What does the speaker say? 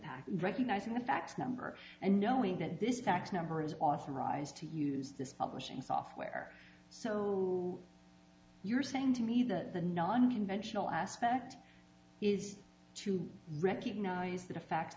fact recognizing the fact number and knowing that this fax number is authorized to use this publishing software so you're saying to me that the non conventional aspect is to recognise that